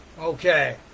Okay